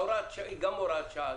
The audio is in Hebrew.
זו גם הוראת שעה,